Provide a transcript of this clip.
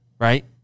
Right